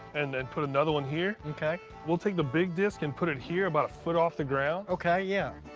and then and put another one here, mm-kay. we'll take the big disc and put it here about a foot off the ground. okay, yeah.